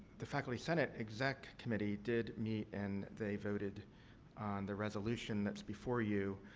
the faculty senate exec committee did meet and they voted on the resolution that's before you.